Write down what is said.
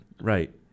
Right